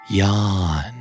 yawn